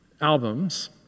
albums